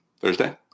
Thursday